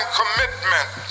commitment